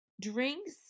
drinks